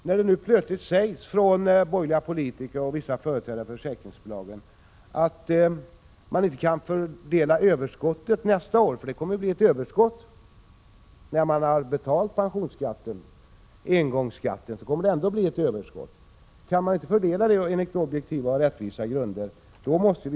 När nu plötsligt borgerliga politiker och vissa företrädare för försäkringsbolagen säger att man inte kan fördela överskottet nästa år — det kommer nämligen att bli ett överskott nästa år, när engångsskatten är betald — blir slutsatserna att vi måste ha en reglering. Om det är vad ni vill ha kan ni — Prot.